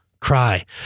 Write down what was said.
cry